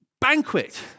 banquet